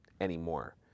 anymore